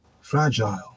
fragile